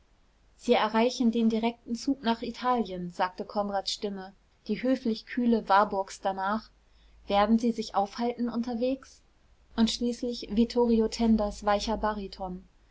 sie erreichen den direkten zug nach italien sagte konrads stimme die höflich kühle warburgs danach werden sie sich aufhalten unterwegs und schließlich vittorio tendas weicher bariton